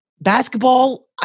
Basketball